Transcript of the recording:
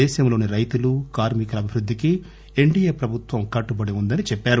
దేశంలోని రైతులు కార్మికుల అభివృద్దికి ఎస్ డి ఎ ప్రభుత్వం కట్టుబడి వుందని చెప్పారు